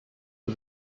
for